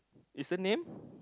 is a name